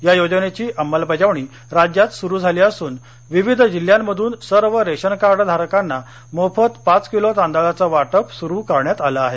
या योजनेची अंमलबजावणी राज्यात सुरू झाली असून विविध जिल्ह्यांमधून सर्व रेशन कार्ड धारकांना मोफत पाच किलो तांदळाचं वाटप सुरू करण्यातआलं आहे